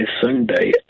Sunday